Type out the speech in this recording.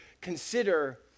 consider